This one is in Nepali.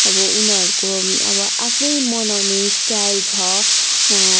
अब उनीहरूको अब आफ्नै मनाउने स्टाइल छ